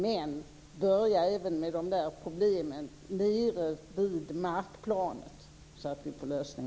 Men börja även att ta itu med de problem som finns nere på markplanet så att det blir en lösning.